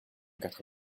quatre